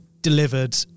delivered